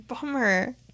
Bummer